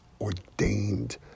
ordained